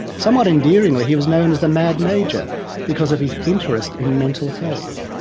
somewhat endearingly he was known as the mad major because of his interest in mental health.